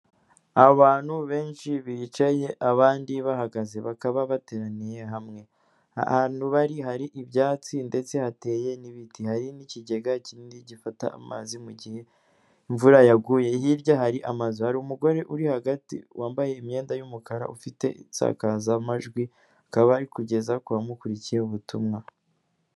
Abantu benshi bicaye abandi bahagaze, bakaba bateraniye hamwe. Ahantu bari hari ibyatsi ndetse hateye n'ibiti, hari n'ikigega kinini gifata amazi mu gihe imvura yaguye. Hirya hari amazu; hari umugore uri hagati wambaye imyenda y'umukara ufite isakazamajwi, akaba ari kugeza ku bamukurikiye ubutumwa.